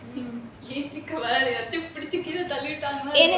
பிடிச்சி கீழ தள்ளி விட்டாங்கனா:pidichi keezha thalli vitanganaa